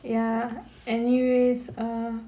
ya anyways err